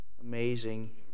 Amazing